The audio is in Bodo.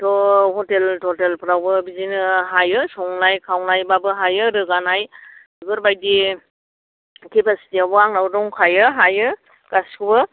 दा हटेल टटेलफ्रावबो बिदिनो हायो संनाय खावनाय बाबो हायो रोगानाय बेफोरबायदि केपासिटिआबो आंनाव दंखायो हायो गासिखौबो